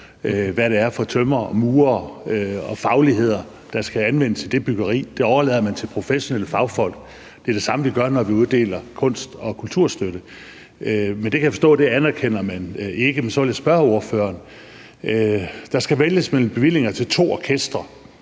hvad det er for tømrere og murere og fagligheder, der skal anvendes i det byggeri. Det overlader man til professionelle fagfolk. Det er det samme, vi gør, når vi uddeler kunst- og kulturstøtte. Men det kan jeg forstå at man ikke anerkender. Men så vil jeg spørge ordføreren: Der skal vælges mellem bevillinger til to orkestre;